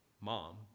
mom